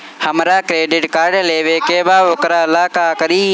हमरा credit card लेवे के बा वोकरा ला का करी?